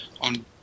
on